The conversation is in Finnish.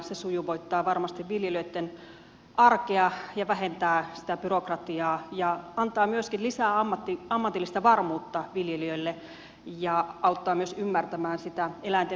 se sujuvoittaa varmasti viljelijöitten arkea ja vähentää sitä byrokratiaa ja antaa myöskin lisää ammatillista varmuutta viljelijöille ja auttaa myös ymmärtämään sitä eläinten fysiologiaa